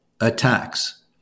attacks